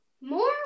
more